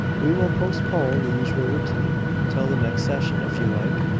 we will postpone the usual routine until the next session if you like,